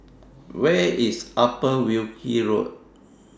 Where IS Upper Wilkie Road